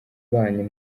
banyu